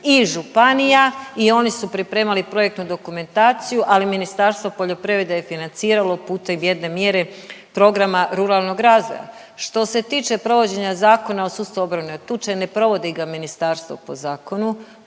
i županija i oni su pripremali projektnu dokumentaciju ali Ministarstvo poljoprivrede je financiralo putem jedne mjere programa ruralnog razvoja. Što se tiče provođenja zakona o sustavu obrane od tuče, ne provodi ga ministarstvo po zakonu,